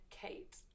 Kate